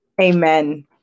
Amen